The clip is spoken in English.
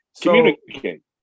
Communicate